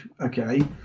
okay